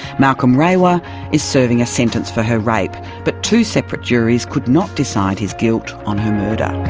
malcolm rewa is serving a sentence for her rape, but two separate juries could not decide his guilt on her murder.